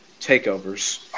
Takeovers